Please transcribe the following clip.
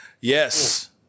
Yes